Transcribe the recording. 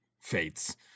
fates